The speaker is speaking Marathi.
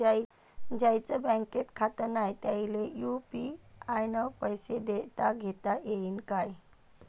ज्याईचं बँकेत खातं नाय त्याईले बी यू.पी.आय न पैसे देताघेता येईन काय?